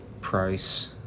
price